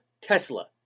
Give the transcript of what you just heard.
Tesla